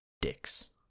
dicks